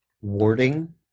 warding